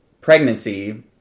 pregnancy